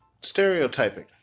stereotyping